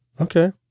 Okay